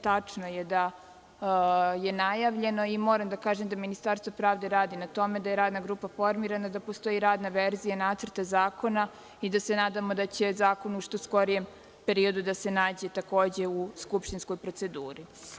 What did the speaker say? Tačno je da je najavljeno i moram da kažem da Ministarstvo pravde radi na tome, da je radna grupa formirana, da postoji radna verzija nacrta zakona i da se nadamo da će zakon u što skorijem periodu da se nađe u skupštinskoj proceduri.